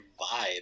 vibe